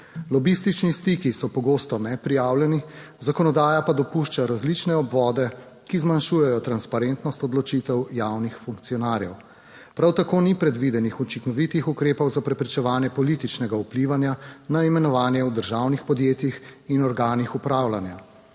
Lobistični stiki so pogosto neprijavljeni, zakonodaja pa dopušča različne obvode, ki zmanjšujejo transparentnost odločitev javnih funkcionarjev. Prav tako ni predvidenih učinkovitih ukrepov za preprečevanje političnega vplivanja na imenovanje v državnih podjetjih in organih upravljanja.